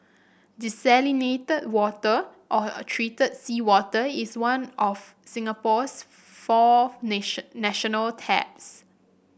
desalinated water or treated seawater is one of Singapore's four nation national taps